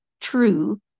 true